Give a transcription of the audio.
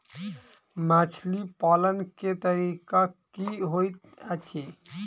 मछली पालन केँ तरीका की होइत अछि?